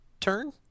turn